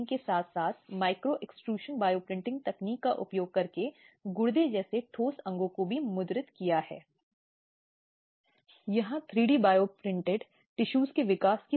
और इसमें संसाधनों या सुविधाओं तक निरंतर पहुंच को प्रतिबंधित करना भी शामिल है जिसमें उसकी रुचि या अधिकार है